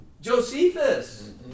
Josephus